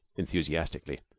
enthusiastically.